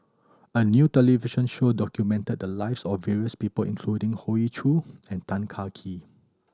a new television show documented the lives of various people including Hoey Choo and Tan Kah Kee